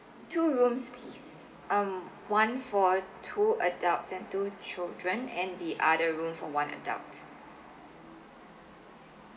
two rooms please um one for two adults and two children and the other room for one adult